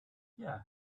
yeah